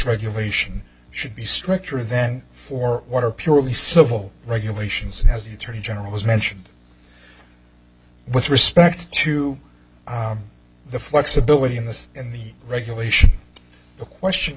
regulation should be stricter than for what are purely civil regulations and as the attorney general has mentioned with respect to the flexibility in the in the regulation the question